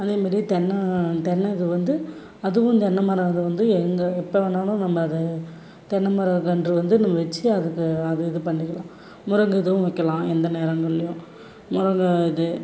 அதேமாரி தென்னை தென்னை இது வந்து அதுவும் தென்னைமரம் இதை வந்து எங்கே எப்போ வேண்ணாலும் நம்ம அதை தென்னை மரக்கன்று வந்து நம்ம வச்சு அதுக்கு அதை இது பண்ணிக்கலாம் முருங்கை இதுவும் வைக்கலாம் எந்த நேரங்கள்லேயும் முருங்கை இது